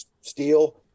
steel